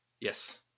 Yes